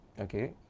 okay